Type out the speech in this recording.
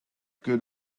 good